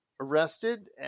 arrested